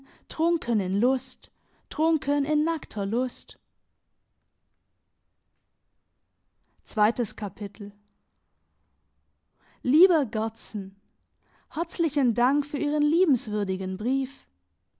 trunken in lust trunken in nackter lust lieber gerdsen herzlichen dank für ihren liebenswürdigen brief